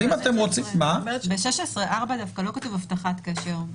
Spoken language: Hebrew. אז אם אתם רוצים --- ב-16(4) לא כתוב הבטחת קשר.